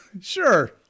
sure